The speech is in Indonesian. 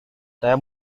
saya